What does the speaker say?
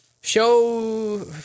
Show